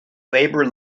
labour